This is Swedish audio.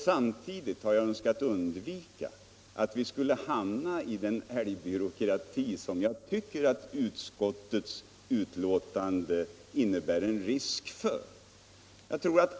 Samtidigt har jag önskat undvika att hamna i den älgbyråkrati som jag tycker att utskottets betänkande innebär en risk för.